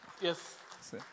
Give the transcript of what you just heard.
Yes